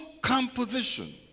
composition